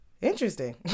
Interesting